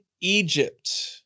Egypt